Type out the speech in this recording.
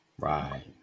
Right